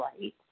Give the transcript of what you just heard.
right